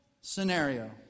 scenario